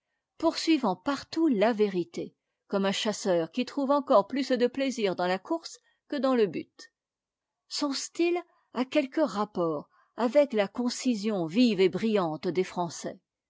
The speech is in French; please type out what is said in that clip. poursuivant partout la vérité comme un chasseur qui trouve encore plus de plaisir dans la course que dans le but son style a quelque rapport avec la concision vive et brillante des français